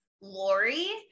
Lori